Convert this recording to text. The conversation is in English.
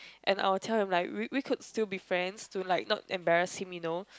and I will tell him like we we could still be friends to like not embarrass him you know